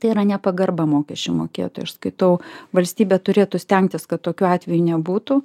tai yra nepagarba mokesčių mokėtojui aš skaitau valstybė turėtų stengtis kad tokių atvejų nebūtų